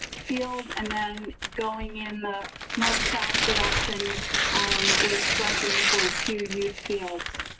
field and then going in the north south direction we're striping for to youth fields.